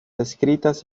escritas